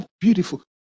beautiful